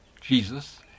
Jesus